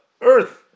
Earth